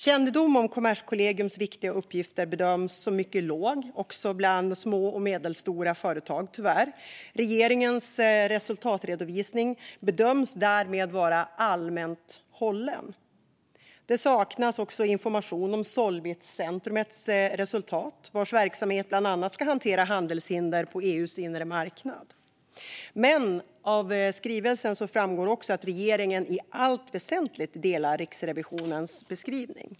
Kännedomen om Kommerskollegiums viktiga uppgifter bedöms som mycket låg bland små och medelstora företag, tyvärr. Regeringens resultatredovisning bedöms därmed vara allmänt hållen. Det saknas information om Solvitcentrumets resultat, vars verksamhet bland annat ska hantera handelshinder på EU:s inre marknad. Men av skrivelsen framgår att regeringen i allt väsentligt delar Riksrevisionens beskrivning.